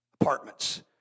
Apartments